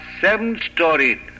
seven-storied